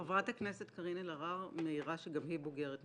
חברת הכנסת קארין אלהרר מעירה שגם היא בוגרת מכללה.